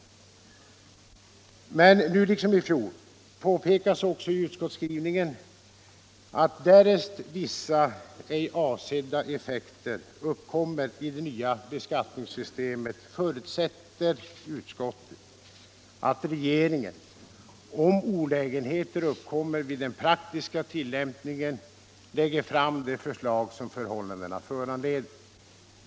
Men nu, liksom i fjol, påpekas också i utskottsskrivningen att därest vissa ej avsedda effekter uppkommer i det nya beskattningssystemet förutsätter utskottet att regeringen — om olägenheter uppkommer vid den praktiska tillämpningen — lägger fram de förslag som förhållandena föranleder.